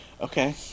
Okay